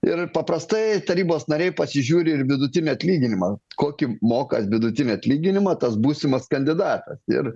ir paprastai tarybos nariai pasižiūri ir vidutinį atlyginimą kokį moka vidutinį atlyginimą tas būsimas kandidatas ir